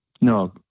No